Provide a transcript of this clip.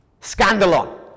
scandalon